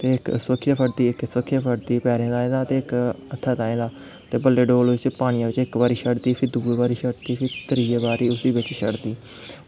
इक इस बक्खिया दा फड़दी इक इस बक्खिया दा फड़दी इक पैरे दा ते इक हत्थें दा बल्ले फिर उस्सी बाले बिच्च इक बारी छड्डदी फिर दुऐ बारी छड्डदी फ्ही उस्सी त्रीयै बारी फ्ही छड्डदी